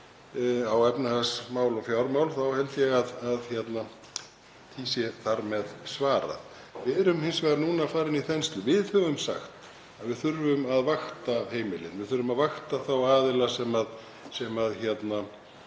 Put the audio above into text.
á efnahagsmál og fjármál þá held ég að því sé þar með svarað. Við erum hins vegar núna farin í þenslu. Við höfum sagt að við þurfum að vakta heimilin, að við þurfum að vakta þá aðila sem minna